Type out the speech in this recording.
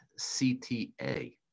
cta